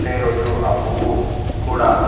అదే రోజు ఆ పువ్వు కూడా